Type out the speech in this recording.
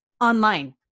online